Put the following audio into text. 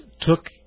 took